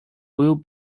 will